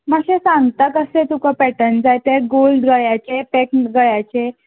मात्शे सांगता कशें तुका पॅर्टन जाय ते गोल गळ्याचे पॅक गळ्याचे